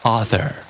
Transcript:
Author